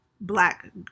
black